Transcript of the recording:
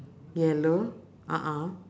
yellow a'ah